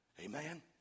Amen